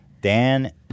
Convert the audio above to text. Dan